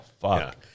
fuck